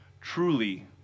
truly